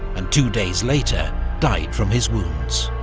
and two days later died from his wounds.